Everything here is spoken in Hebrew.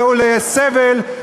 לסבל,